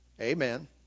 Amen